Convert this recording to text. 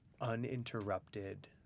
uninterrupted